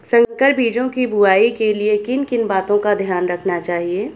संकर बीजों की बुआई के लिए किन किन बातों का ध्यान रखना चाहिए?